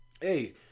hey